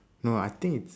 no I think it's